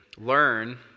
Learn